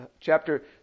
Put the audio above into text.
chapter